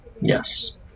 Yes